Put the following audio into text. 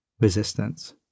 resistance